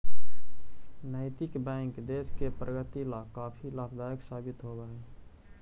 नैतिक बैंक देश की प्रगति ला काफी लाभदायक साबित होवअ हई